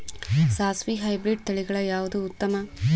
ಸಾಸಿವಿ ಹೈಬ್ರಿಡ್ ತಳಿಗಳ ಯಾವದು ಉತ್ತಮ?